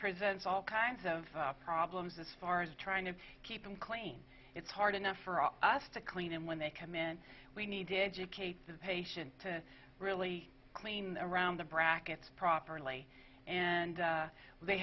presents all kinds of problems as far as trying to keep them clean it's hard enough for us to clean and when they come in we needed to kape the patient to really clean around the brackets properly and they